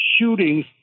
shootings